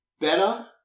better